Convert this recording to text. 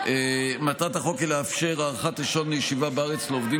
מטרת החוק היא לאפשר הארכת רישיון לישיבה בארץ לעובדי